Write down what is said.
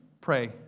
pray